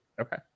Okay